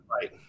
Right